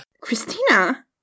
Christina